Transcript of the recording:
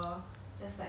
if it's like that maybe